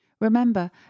Remember